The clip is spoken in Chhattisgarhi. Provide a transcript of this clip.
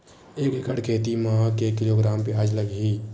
एक एकड़ खेती म के किलोग्राम प्याज लग ही?